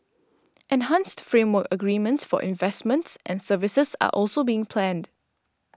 enhanced framework agreements for investments and services are also being planned